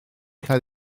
cael